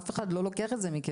אף אחד לא לוקח את זה מכם.